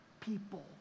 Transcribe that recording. People